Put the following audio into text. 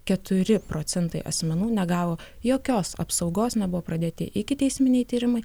keturi procentai asmenų negavo jokios apsaugos nebuvo pradėti ikiteisminiai tyrimai